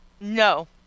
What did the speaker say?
No